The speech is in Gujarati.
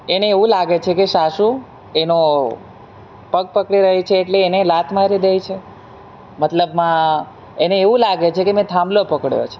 એને એવું લાગે છે કે સાસુ એનો પગ પકડી રહી છે એટલે એને લાત મારી દે છે મતલબમાં એને એવું લાગે છે કે મેં થાંભલો પકડ્યો છે